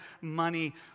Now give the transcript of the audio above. money